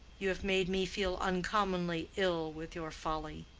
you have made me feel uncommonly ill with your folly,